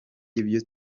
ibyo